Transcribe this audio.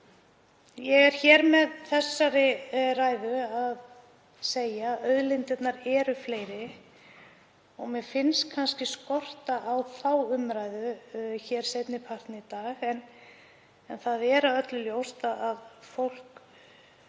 Ég er með þessari ræðu að segja að auðlindirnar eru fleiri og mér finnst skorta á þá umræðu hér seinni partinn í dag. En það er öllum ljóst að hv.